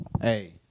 hey